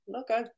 Okay